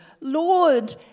Lord